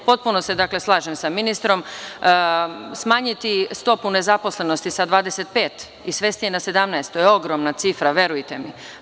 Potpuno se slažem sa ministrom, smanjiti stopu nezaposlenosti sa 25 i svesti je na 17, to je ogromna cifra, verujte mi.